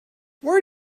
where